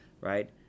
right